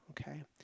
Okay